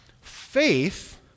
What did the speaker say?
Faith